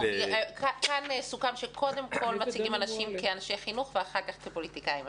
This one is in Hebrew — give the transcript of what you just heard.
כאן סוכם שקודם כל מציגים אנשים כאנשי חינוך ואחר כך כפוליטיקאים,